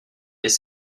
les